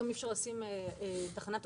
כמו שצוין כאן, תקציב שיא למשרד התחבורה,